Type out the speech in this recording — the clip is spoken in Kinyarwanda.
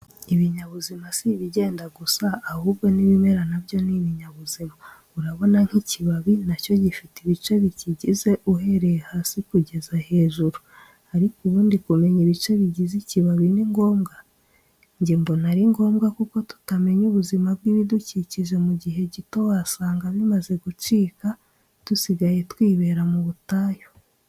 Ibinyabuzima si ibigenda gusa ahubwo n'ibimera na byo ni ibinyabuzima, urabona nk'ikibabi na cyo gifite ibice bikigize uhereye hasi kugeza hejuru. Ariko ubundi kumenya ibice bigize ikibabi ni ngombwa? Jye mbona ari ngombwa kuko tutamenye ubuzima bwibidukikije mu gihe gito wasanga bimaze gucika dusigaye twibera mu butayu.